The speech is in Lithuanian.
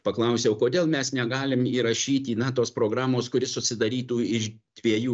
paklausiau kodėl mes negalim įrašyti na tos programos kuri susidarytų iš dviejų